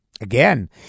again